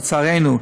לצערנו,